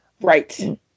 right